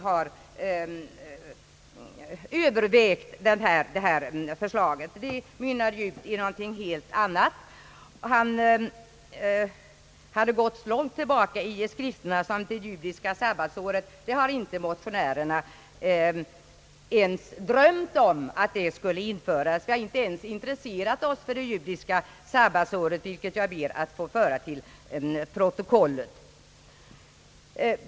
Hans anförande mynnade dock ut i någonting helt annat. Han gick så långt tillbaka i skrifterna som till det judiska sabbatsåret. Motionärerna har inte drömt om att ett sådant skulle införas. Vi har inte intresserat oss alls för det judiska sabbatsåret, vilket jag ber att få föra till protokollet.